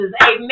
Amen